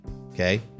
okay